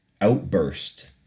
outburst